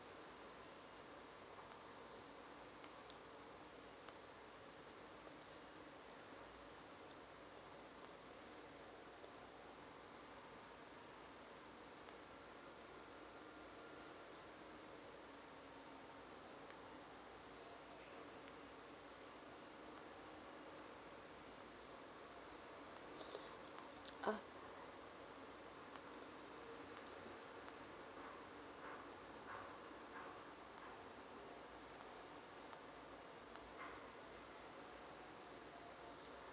uh